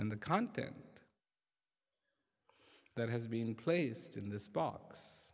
and the content that has been placed in this box